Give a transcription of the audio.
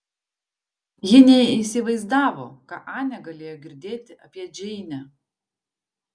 ji neįsivaizdavo ką anė galėjo girdėti apie džeinę